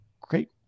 great